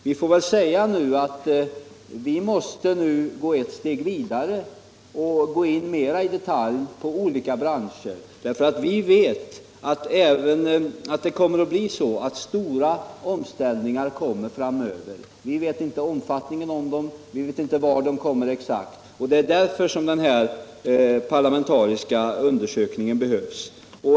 Nu måste vi ta ett steg ytterligare och mera i detalj gå in i olika branscher. Vi vet att det kommer att bli stora omställningar framöver, men vi känner inte till omfattningen av dem eller exakt var de kommer in, och det är därför som den parlamentariska undersökningen behövs.